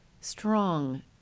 strong